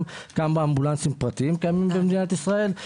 כמה אמבולנסים פרטיים קיימים במדינת ישראל,